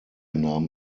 nahm